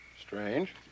Strange